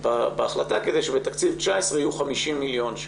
בהחלטה כדי שבתקציב 2019 יהיו 50 מיליון שקל.